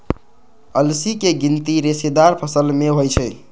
अलसी के गिनती रेशेदार फसल मे होइ छै